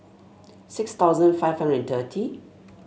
six thousand five hundred and thirty